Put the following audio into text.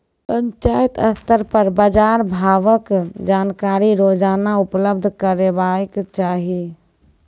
पंचायत स्तर पर बाजार भावक जानकारी रोजाना उपलब्ध करैवाक चाही?